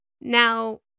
Now